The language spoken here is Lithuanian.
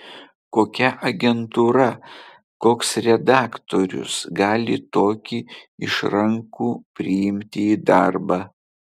kokia agentūra koks redaktorius gali tokį išrankų priimti į darbą